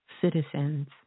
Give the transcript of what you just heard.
citizens